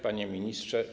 Panie Ministrze!